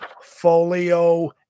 folio